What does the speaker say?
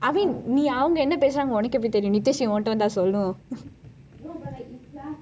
avin நீ அவங்க பேசுகிறாங்க உனக்கு எப்படி தெரியும்:ni avanka pesukiranka unakku eppadi theriyum nityashree உன் கிட்டேயா சொல்லும்:un kitteiya sollum